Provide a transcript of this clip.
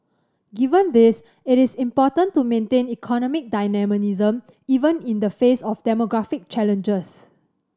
given this it is important to maintain economic dynamism even in the face of demographic challenges